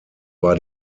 war